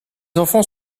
enfants